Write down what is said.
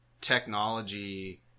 technology